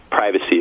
Privacy